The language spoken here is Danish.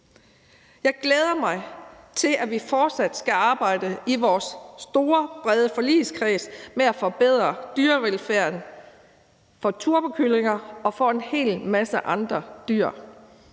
Jeg glæder mig til, at vi fortsat skal arbejde i vores store, brede forligskreds med at forbedre dyrevelfærden for turbokyllinger og for en hel masse andre dyr.